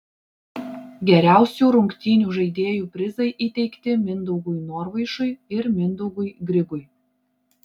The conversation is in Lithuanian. geriausių rungtynių žaidėjų prizai įteikti mindaugui norvaišui ir mindaugui grigui